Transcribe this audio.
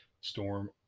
storm